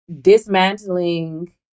dismantling